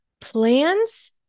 plans